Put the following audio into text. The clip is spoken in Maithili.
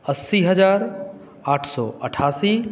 अस्सी हजार आठ सए अठासी